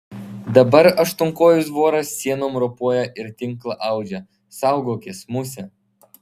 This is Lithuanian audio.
dabar aštuonkojis voras sienom ropoja ir tinklą audžia saugokis muse